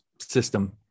system